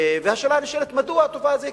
השאלה הנשאלת היא מדוע התופעה הזאת